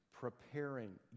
preparing